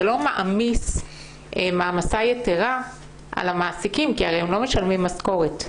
לא מעמיס מעמסה יתרה על המעסיקים כי הם הרי לא משלמים משכורת.